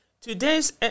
Today's